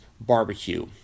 Barbecue